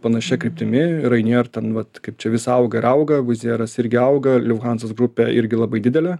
panašia kryptimi ryanair ten vat kaip čia vis auga ir auga vuzieras irgi auga liufhansos grupė irgi labai didelė